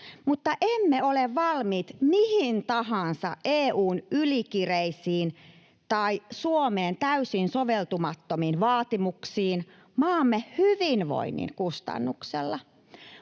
mutta emme ole valmiit mihin tahansa EU:n ylikireisiin tai Suomeen täysin soveltumattomiin vaatimuksiin maamme hyvinvoinnin kustannuksella.